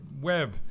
web